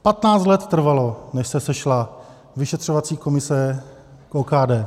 Patnáct let trvalo, než se sešla vyšetřovací komise k OKD.